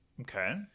Okay